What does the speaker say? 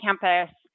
campus